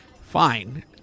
Fine